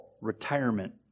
retirement